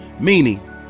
Meaning